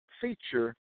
feature